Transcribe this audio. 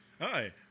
Hi